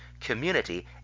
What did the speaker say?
community